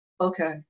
Okay